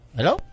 Hello